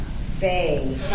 say